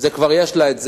כבר יש לה את זה.